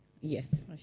yes